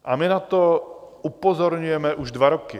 A my na to upozorňujeme už dva roky.